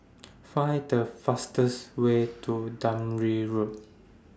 Find The fastest Way to Dunearn Road